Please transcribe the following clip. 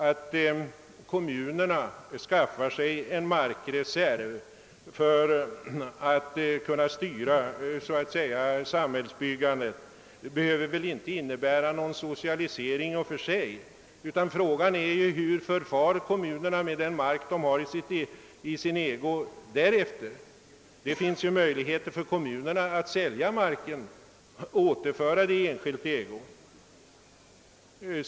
Att kommunerna skaffar sig en markreserv för att kunna styra samhällsbyggandet behöver inte innebära någon socialisering i och för sig, utan frågan är hur kommunerna förfar med den mark de har i sin ägo. Det finns ju möjligheter för kommunerna att sälja mark och återföra den i enskild ägo.